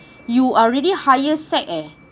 you are really higher sec leh